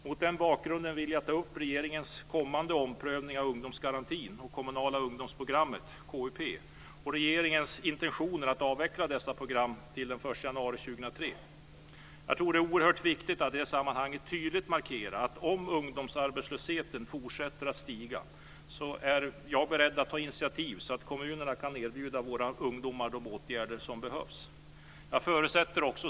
Mot den bakgrunden vill jag ta upp regeringens kommande omprövning av ungdomsgarantin och de kommunala ungdomsprogrammen - KUP - och intentionerna att avveckla dessa program till den 1 januari 2003. Jag tror att det är oerhört viktigt att i det sammanhanget tydligt markera att jag är beredd att ta initiativ till att kommunerna ska kunna erbjuda våra ungdomar de åtgärder som behövs om ungdomsarbetslösheten fortsätter att stiga.